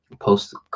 post